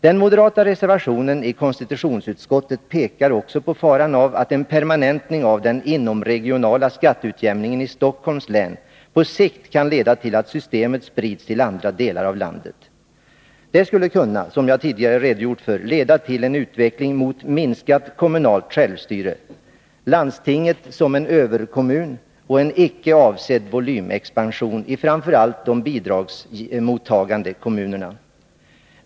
Den moderata reservationen i konstitutionsutskottets betänkande pekar också på faran av att en permanentning av den inomregionala skatteutjämningen i Stockholms län på sikt kan leda till att systemet sprids till andra delar av landet. Detta skulle, som jag tidigare redogjort för, kunna leda till en utveckling mot minskad kommunal självstyrelse, med landstinget som en överkommun och en icke avsedd volymexpansion i framför allt de bidragsmottagande kommunerna.